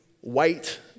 white